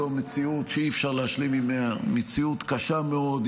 זו מציאות שאי-אפשר להשלים עימה, מציאות קשה מאוד.